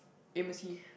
Amos-Yee